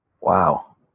wow